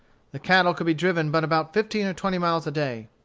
the cattle could be driven but about fifteen or twenty miles a day.